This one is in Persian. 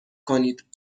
کنید